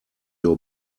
your